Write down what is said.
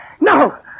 No